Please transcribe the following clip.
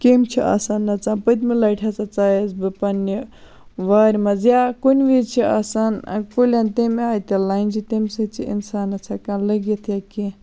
کیٚمۍ چھِ آسان نَژان پٔتمہِ لَٹہِ ہَسا ژایَس بہٕ پَننہِ وارِ مَنٛز یا کُنہِ وِز چھِ آسان کُلٮ۪ن تمہِ آیہِ تہِ لَنجہِ تمہِ سۭتۍ چھ اِنسانَس ہیٚکان لٔگِتھ یا کینٛہہ